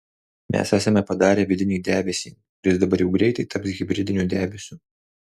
mes esame padarę vidinį debesį kuris dabar jau greitai taps hibridiniu debesiu